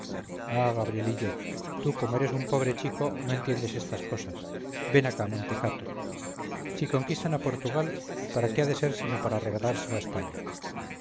gabrielillo tú como eres un pobre chico no entiendes estas cosas ven acá mentecato si conquistan a portugal para qué ha de ser sino para regalárselo a españa